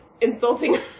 insulting